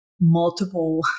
multiple